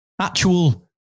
actual